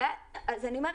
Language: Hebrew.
תלוי למי.